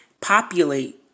populate